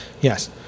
Yes